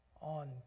on